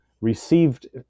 received